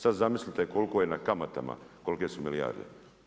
Sada zamislite koliko je na kamatama, kolike su milijarde.